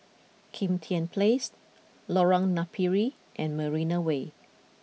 Kim Tian Place Lorong Napiri and Marina Way